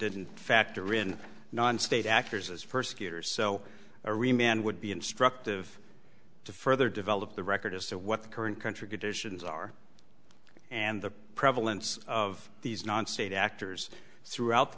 didn't factor in non state actors as persecutors so a remain would be instructive to further develop the record as to what the current country conditions are and the prevalence of these non state actors throughout the